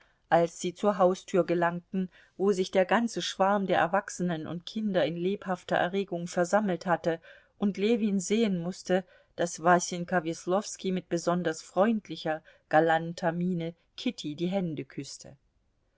als sie zur haustür gelangten wo sich der ganze schwarm der erwachsenen und kinder in lebhafter erregung versammelt hatte und ljewin sehen mußte daß wasenka weslowski mit besonders freundlicher galanter miene kitty die hände küßte